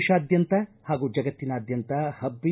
ದೇತಾದ್ಯಂತ ಹಾಗೂ ಜಗತ್ತಿನಾದ್ಯಂತ ಹಬ್ಬಿ